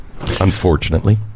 unfortunately